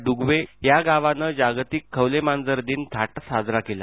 डुगवे या गावानं जागतिक खवलेमांजर दिन थाटात साजरा केला